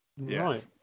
Right